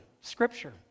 Scripture